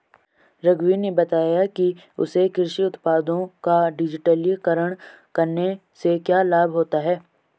रघुवीर ने बताया कि उसे कृषि उत्पादों का डिजिटलीकरण करने से क्या लाभ होता है